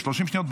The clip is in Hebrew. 30 שניות,